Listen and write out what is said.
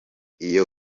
iyo